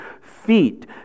feet